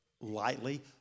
lightly